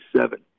seven